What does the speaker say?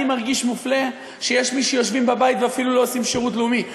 אני מרגיש מופלה שיש מי שיושבים בבית ואפילו לא עושים שירות לאומי.